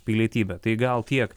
pilietybę tai gal tiek